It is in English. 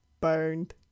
burned